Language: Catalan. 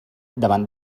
davant